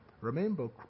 Remember